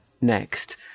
next